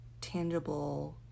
tangible